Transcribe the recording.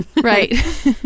Right